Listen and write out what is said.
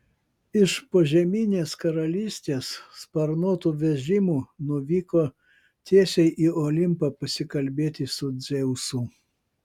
iš požeminės karalystės sparnuotu vežimu nuvyko tiesiai į olimpą pasikalbėti su dzeusu